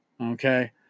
Okay